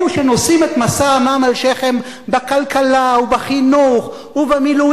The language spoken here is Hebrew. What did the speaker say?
אלה שנושאים את מסע עמם על שכם בכלכלה או בחינוך ובמילואים,